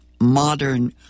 modern